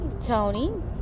Tony